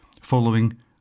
following